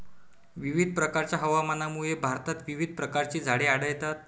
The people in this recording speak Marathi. विविध प्रकारच्या हवामानामुळे भारतात विविध प्रकारची झाडे आढळतात